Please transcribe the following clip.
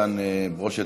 איתן ברושי,